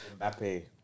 Mbappe